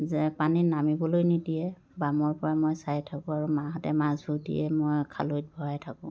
যে পানীত নামিবলৈ নিদিয়ে বামৰপৰা মই চাই থাকোঁ আৰু মাহঁতে মাছবোৰ দিয়ে মই খালৈত ভৰাই থাকোঁ